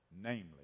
namely